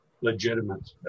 legitimate